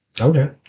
Okay